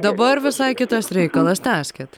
dabar visai kitas reikalas tęskit